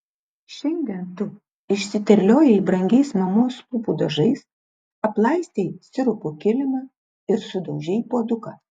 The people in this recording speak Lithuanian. šiandien tu išsiterliojai brangiais mamos lūpų dažais aplaistei sirupu kilimą ir sudaužei puoduką